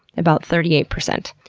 about thirty eight percent.